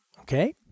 Okay